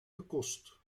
gekost